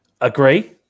Agree